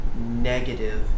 negative